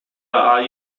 are